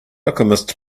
alchemist